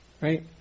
right